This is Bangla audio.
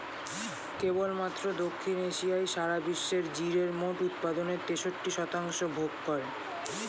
কেবলমাত্র দক্ষিণ এশিয়াই সারা বিশ্বের জিরের মোট উৎপাদনের তেষট্টি শতাংশ ভোগ করে